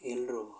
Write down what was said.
ಎಲ್ಲರೂ